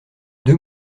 deux